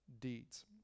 deeds